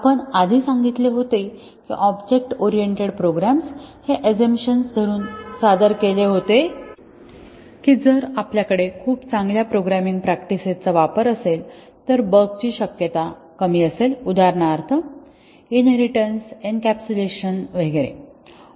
आपण आधी सांगितले होते की ऑब्जेक्ट ओरिएंटेड प्रोग्रॅम्स हे आजम्पशन धरून सादर केले गेले होते की जर आपल्याकडे खूप चांगल्या प्रोग्रॅमिंग प्रॅक्टिसेस चा वापर असेल तर बगची शक्यता कमी असेल उदाहरणार्थ इनहेरिटन्स एन्कॅप्सुलेशन वगैरे